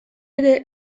ere